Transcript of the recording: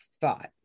thought